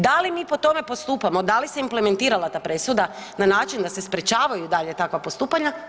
Da li mi po tome postupamo, da li se implementirala ta presuda na način da se sprječavaju dalje takva postupanja?